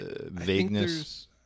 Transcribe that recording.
vagueness